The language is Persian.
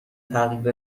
تغییر